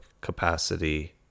capacity